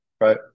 right